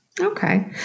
Okay